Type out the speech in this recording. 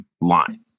line